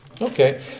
Okay